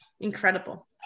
incredible